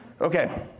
Okay